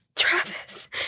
Travis